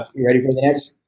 you ready for the next?